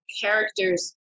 character's